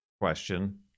question